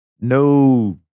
no